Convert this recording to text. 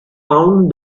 found